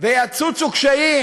ויצוצו קשיים.